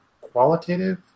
qualitative